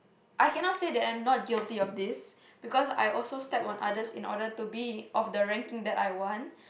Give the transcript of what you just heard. I cannot say that I'm not guilty of this because I also step on others in order to be of the ranking that I want